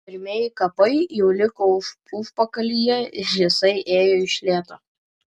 pirmieji kapai jau liko užpakalyje o jisai ėjo iš lėto